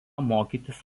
mokytis